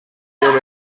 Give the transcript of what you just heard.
llum